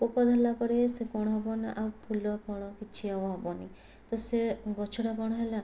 ପୋକ ଧରିଲା ପରେ ସେ କ'ଣ ହେବ ନା ଆଉ ଫୁଲ ଫଳ କିଛି ଆଉ ହେବନି ତ ସେ ଗଛଟା କ'ଣ ହେଲା